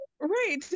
Right